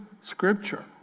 scripture